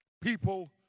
people